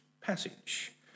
passage